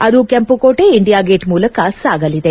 ಅದು ಕೆಂಪು ಕೋಟೆ ಇಂಡಿಯಾ ಗೇಟ್ ಮೂಲಕ ಸಾಗಲಿದೆ